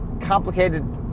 complicated